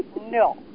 No